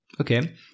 Okay